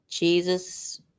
Jesus